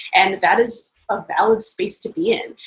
and that is a valid space to be in.